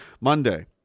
Monday